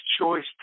choice